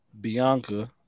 Bianca